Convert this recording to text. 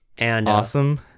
awesome